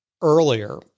earlier